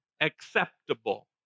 acceptable